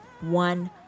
one